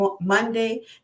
monday